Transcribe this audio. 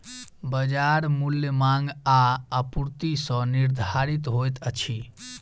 बजार मूल्य मांग आ आपूर्ति सॅ निर्धारित होइत अछि